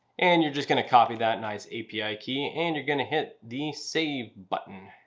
and you're just going to copy that nice api key and you're going to hit the save button.